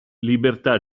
libertà